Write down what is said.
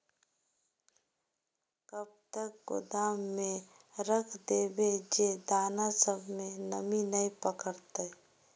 कब तक गोदाम में रख देबे जे दाना सब में नमी नय पकड़ते?